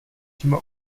očima